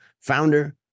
founder